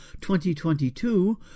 2022